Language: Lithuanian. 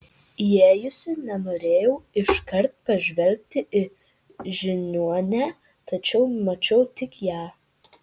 įėjusi nenorėjau iškart pažvelgti į žiniuonę tačiau mačiau tik ją